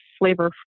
flavor